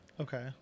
Okay